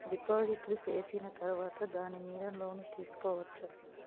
డిపాజిట్లు సేసిన తర్వాత దాని మీద లోను తీసుకోవచ్చా?